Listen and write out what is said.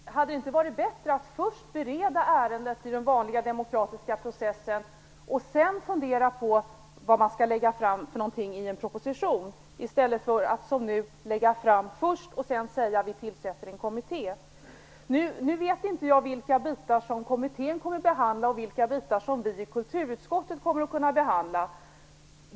Fru talman! Jag tycker att debatten nu blir ännu mer förvirrad. Hade det inte varit bättre att först bereda ärendet i den vanliga demokratiska processen och sedan fundera över vad man skall lägga fram i en proposition, snarare än att som nu lägga fram denna först och säga att det sedan skall tillsättas en kommitté. Nu vet inte jag vilka delar som kommittén kommer att behandla och vilka delar som vi i kulturutskottet kommer att kunna behandla.